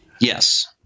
Yes